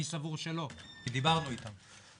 אני סבור שלא כי דיברנו איתם.